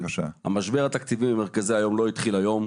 המשבר התקציבי במרכזי היום לא התחיל היום,